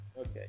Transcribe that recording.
okay